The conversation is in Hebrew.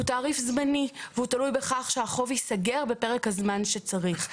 הוא תעריף זמני והוא תלוי בכך שהחוב ייסגר בפרק הזמן שצריך.